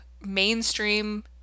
mainstream